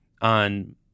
on